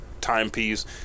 timepiece